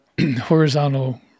horizontal